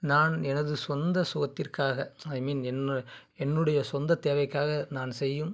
நான் எனது சொந்த சுகத்திற்காக ஐ மீன் என் என்னுடைய சொந்த தேவைக்காக நான் செய்யும்